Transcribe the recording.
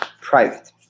private